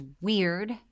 weird